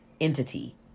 entity